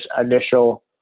initial